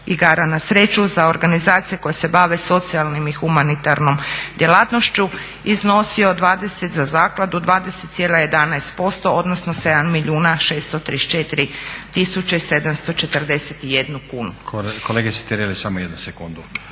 igara na sreću za organizacije koje se bave socijalnom i humanitarnom djelatnošću iznosio za zakladu 20,11% odnosno 7 milijuna 634 tisuće 741 kunu. **Stazić, Nenad